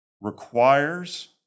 requires